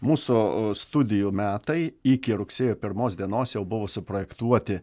mūsų studijų metai iki rugsėjo pirmos dienos jau buvo suprojektuoti